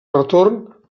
retorn